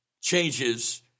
changes